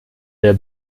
der